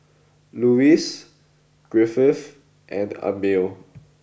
Lewis Griffith and Amil